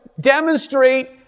demonstrate